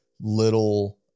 little